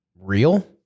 real